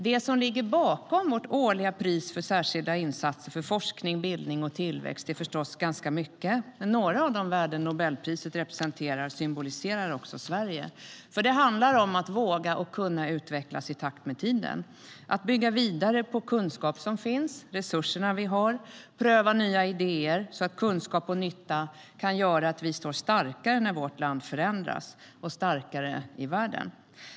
Det som ligger bakom vårt årliga pris för särskilda insatser för forskning, bildning och tillväxt är förstås ganska mycket, men några av de värden som Nobelpriset representerar symboliserar också Sverige.Det handlar om att våga och kunna utvecklas i takt med tiden, att bygga vidare på den kunskap som finns och resurserna vi har, att pröva nya idéer så att kunskap och nytta kan göra att vi står starkare när vårt land förändras och att vi också står starkare i världen.